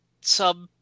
sub